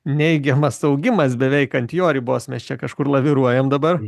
neigiamas augimas beveik ant jo ribos mes čia kažkur laviruojam dabar